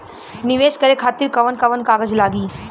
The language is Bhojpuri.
नीवेश करे खातिर कवन कवन कागज लागि?